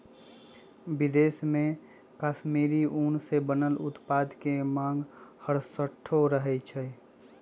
विदेश में कश्मीरी ऊन से बनल उत्पाद के मांग हरसठ्ठो रहइ छै